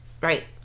right